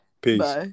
Peace